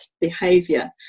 behavior